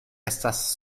estas